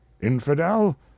infidel